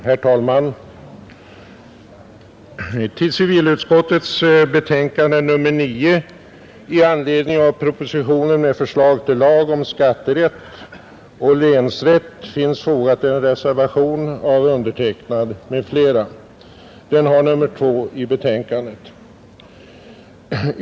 Herr talman! Till civilutskottets betänkande nr 9 i anledning av proposition med förslag till lag om skatterätt och länsrätt finns fogad en reservation av mig jämte några andra ledamöter. Den är betecknad med nr 2 i betänkandet.